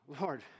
Lord